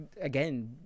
again